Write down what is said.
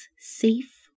safe